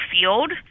field